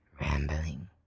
rambling